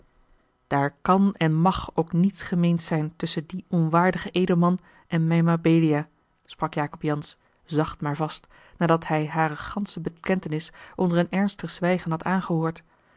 daar kan en mag ook niets gemeens zijn tusschen dien onwaardigen edelman en mijne mabelia sprak jacob jansz zacht maar vast nadat hij hare gansche bekentenis onder een ernstig zwijgen had aangehoord